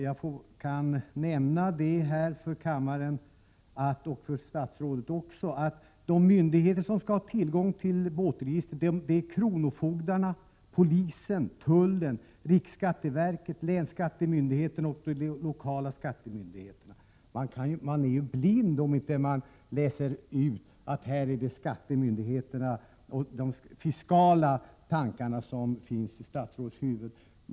Jag kan nämna för kammaren och även för statsrådet att de myndigheter som skall ha tillgång till båtregistret är kronofogdarna, polisen, tullen, riksskatteverket, länsskattemyndigheten och de lokala skattemyndigheterna. Man är blind om man inte läser ut att det här är de fiskala tankarna som rör sig i statsrådets huvud.